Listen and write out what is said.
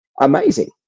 amazing